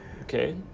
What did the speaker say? Okay